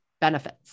benefits